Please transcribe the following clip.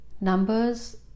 numbers